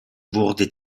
wurde